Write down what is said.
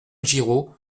giraud